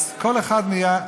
אז כל אחד נהיה,